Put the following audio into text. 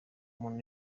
muntu